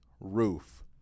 roof